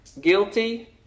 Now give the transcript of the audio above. guilty